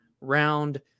round